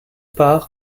part